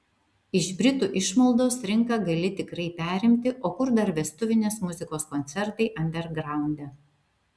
iš britų išmaldos rinką gali tikrai perimti o kur dar vestuvinės muzikos koncertai andergraunde